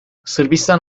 sırbistan